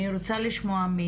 אני רוצה לשמוע...